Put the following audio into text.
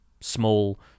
small